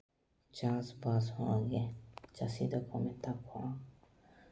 ᱪᱟᱥᱵᱟᱥ ᱦᱚᱲᱜᱮ ᱪᱟᱹᱥᱤ ᱫᱚᱠᱚ ᱢᱮᱛᱟ ᱠᱚᱣᱟ